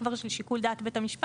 זה כבר שיקול דעת של בית המשפט.